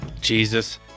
jesus